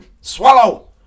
swallow